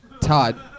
Todd